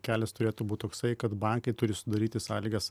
kelias turėtų būti toksai kad bankai turi sudaryti sąlygas